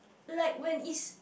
like when is